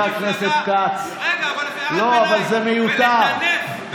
חבר הכנסת כץ, לא, אבל זה מיותר.